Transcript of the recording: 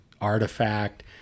artifact